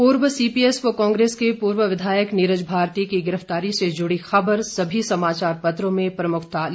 पूर्व सीपीएस व कांग्रेस के पूर्व विधायक नीरज भारती की गिरफ्तारी से जुड़ी खबर सभी समाचार पत्रों में प्रमुखता लिए हुए है